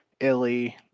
Illy